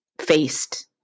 faced